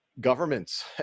governments